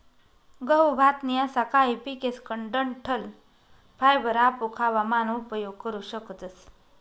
गहू, भात नी असा काही पिकेसकन डंठल फायबर आपू खावा मान उपयोग करू शकतस